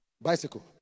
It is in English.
Bicycle